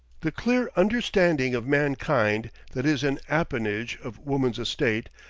the clear understanding of mankind that is an appanage of woman's estate,